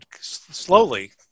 slowly